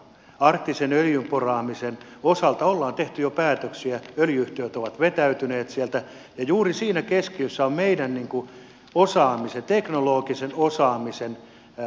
arktisen öljynporaamisen osalta ollaan tehty jo päätöksiä öljy yhtiöt ovat vetäytyneet sieltä ja juuri siinä keskiössä on meidän teknologisen osaamisen haavoittuvin osa